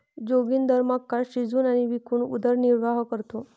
जोगिंदर मका शिजवून आणि विकून उदरनिर्वाह करतो